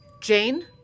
Jane